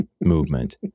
movement